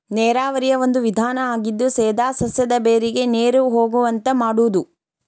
ನೇರಾವರಿಯ ಒಂದು ವಿಧಾನಾ ಆಗಿದ್ದು ಸೇದಾ ಸಸ್ಯದ ಬೇರಿಗೆ ನೇರು ಹೊಗುವಂಗ ಮಾಡುದು